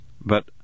But